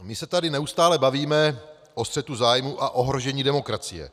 My se tady neustále bavíme o střetu zájmu a ohrožení demokracie.